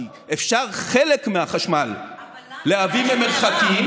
כי אפשר חלק מהחשמל להביא ממרחקים,